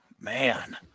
man